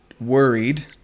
worried